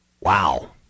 Wow